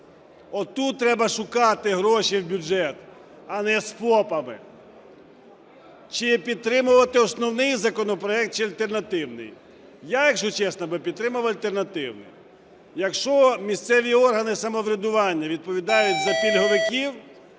Отут треба шукати гроші в бюджет, а не з ФОПами. Чи підтримувати основний законопроект, чи альтернативний? Я, якщо чесно, підтримав би альтернативний. Якщо місцеві органи самоврядування відповідають за пільговиків,